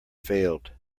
failed